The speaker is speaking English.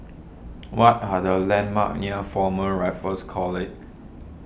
what are the landmarks near Former Raffles College